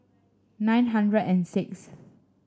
nine hundred and sixth